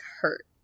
hurt